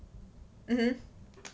mmhmm